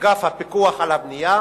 אגף הפיקוח על הבנייה,